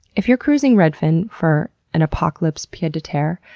if you're cruising redfin for an apocalypse pied-a-terre,